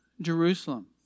Jerusalem